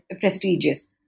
prestigious